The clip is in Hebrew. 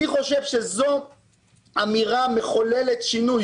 אני חושב שזאת אמירה מחולל שינוי.